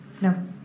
No